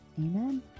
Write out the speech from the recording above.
Amen